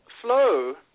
flow